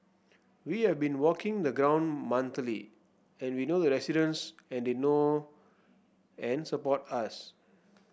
we have been walking the ground monthly and we know the residents and they know and support us